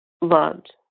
Loved